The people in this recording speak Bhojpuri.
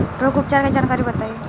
रोग उपचार के जानकारी बताई?